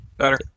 Better